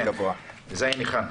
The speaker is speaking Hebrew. כן, (ז1).